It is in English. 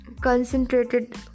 concentrated